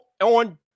on